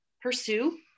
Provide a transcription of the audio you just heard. pursue